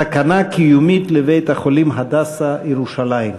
סכנה קיומית לבית-החולים "הדסה" בירושלים.